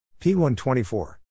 P124